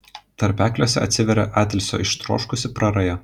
tarpekliuose atsiveria atilsio ištroškusi praraja